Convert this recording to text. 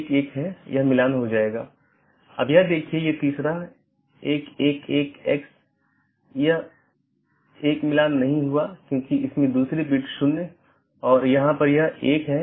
एक पारगमन AS में मल्टी होम AS के समान 2 या अधिक ऑटॉनमस सिस्टम का कनेक्शन होता है लेकिन यह स्थानीय और पारगमन ट्रैफिक दोनों को वहन करता है